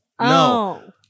No